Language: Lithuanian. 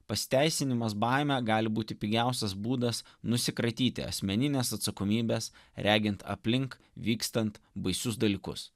pasiteisinimas baimę gali būti pigiausias būdas nusikratyti asmeninės atsakomybės regint aplink vykstant baisius dalykus